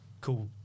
Cool